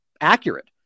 accurate